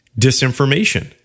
disinformation